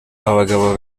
abagabo